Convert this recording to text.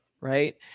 Right